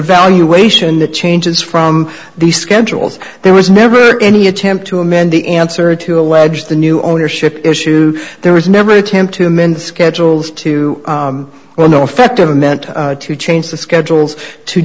valuation that changes from the schedules there was never any attempt to amend the answer to allege the new ownership issue there was never an attempt to amend schedules to well no effect of a meant to change the schedules to